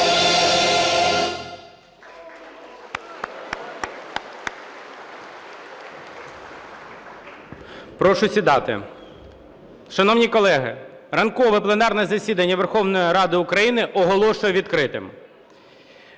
Прошу сідати. Шановні колеги, ранкове пленарне засідання Верховної Ради України оголошую відкритим.